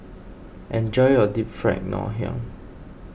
enjoy your Deep Fried Ngoh Hiang